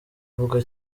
ivuga